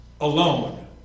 alone